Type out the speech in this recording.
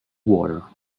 water